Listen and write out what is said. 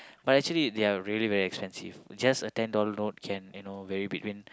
but actually they are really very expensive just a ten dollars notes can you know vary between